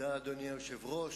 אדוני היושב-ראש,